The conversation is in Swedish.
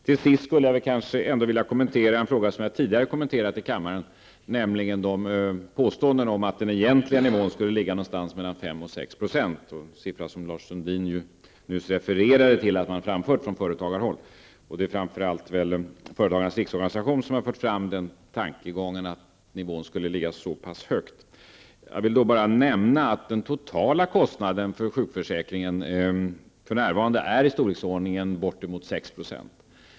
Till sist vill jag kommentera en fråga som jag tidigare kommenterat här i kammaren, nämligen påståendet att den egentliga nivån borde ligga någonstans mellan 5 och 6 %-- en siffra som man har framfört från företagarhåll och som Lars Sundin nyss refererade till. Det är väl framför allt Företagarnas riksorganisation som är inne på den tankegången att nivån skulle ligga så pass högt. Den totala kostnaden för sjukförsäkringen för närvarande utgör nästan 6 %.